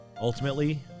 Ultimately